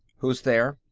who's there?